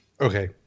Okay